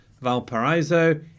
Valparaiso